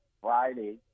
Friday